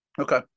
Okay